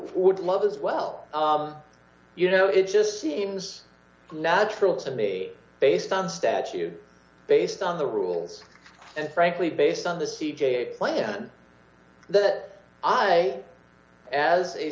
would love as well you know it just seems natural to me based on statue based on the rules and frankly based on the c j plan that i as a